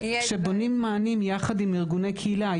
כשבונים מענים יחד עם ארגוני קהילה,